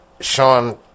Sean